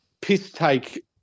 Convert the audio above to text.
piss-take